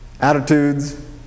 attitudes